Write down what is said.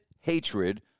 hatred